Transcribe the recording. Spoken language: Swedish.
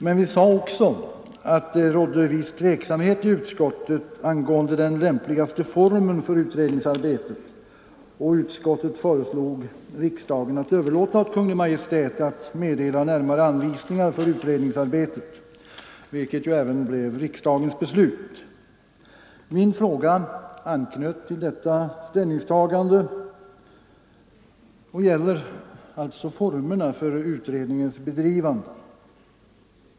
Men vi sade också att det rådde en viss tveksamhet i utskottet angående den lämpligaste formen för utredningsarbetet. Utskottet föreslog således riksdagen att överlåta åt Kungl. Maj:t att meddela närmare anvisningar för utredningsarbetet, vilket även blev riksdagens beslut. Min fråga anknöt till detta ställningstagande och gäller alltså formerna för utredningens bedrivande.